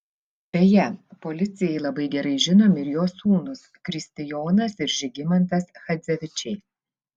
beje policijai labai gerai žinomi ir jo sūnūs kristijonas ir žygimantas chadzevičiai